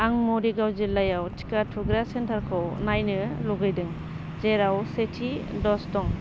आं मरिगाव जिल्लायाव टिका थुग्रा सेन्टारफोरखौ नायनो लुगैदों जेराव सेथि ड'ज दं